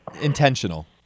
Intentional